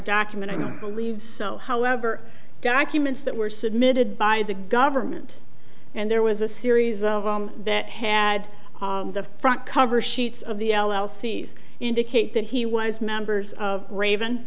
documenting them believe so however documents that were submitted by the government and there was a series of them that had the front cover sheets of the l l c s indicate that he was members of raven